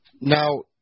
Now